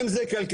אם זה כלכלי,